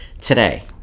Today